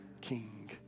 king